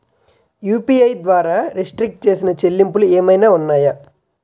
UPI ద్వారా restrict చేసిన చెల్లింపులు ఏమైనా ఉన్నాయా?